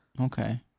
Okay